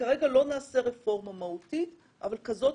כרגע לא נעשה רפורמה מהותית, אבל כזאת